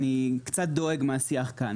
אני קצת דואג מהשיח כאן,